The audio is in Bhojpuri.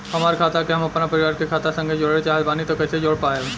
हमार खाता के हम अपना परिवार के खाता संगे जोड़े चाहत बानी त कईसे जोड़ पाएम?